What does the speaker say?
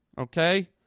okay